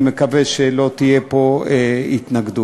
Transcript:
אני מקווה שלא תהיה פה התנגדות.